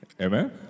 Amen